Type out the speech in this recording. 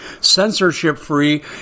censorship-free